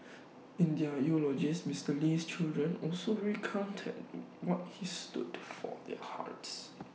in their eulogies Mr Lee's children also recounted what he stood for their hearts